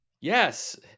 Yes